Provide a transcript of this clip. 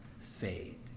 fade